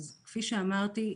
כפי שאמרתי,